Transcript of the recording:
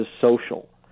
social